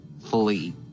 Flee